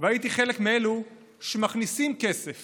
והייתי אחד מאלו שמכניסים כסף